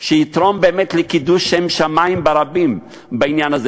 שיתרום באמת לקידוש שם שמים ברבים בעניין הזה.